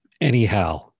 Anyhow